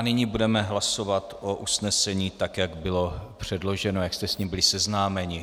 Nyní budeme hlasovat o usnesení, jak bylo předloženo, jak jste s ním byli seznámeni.